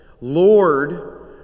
Lord